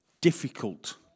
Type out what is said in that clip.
difficult